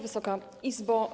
Wysoka Izbo!